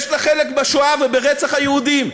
יש לה חלק בשואה וברצח היהודים,